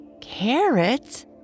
Carrots